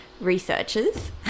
researchers